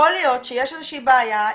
יכול להיות שיש איזושהי בעיה,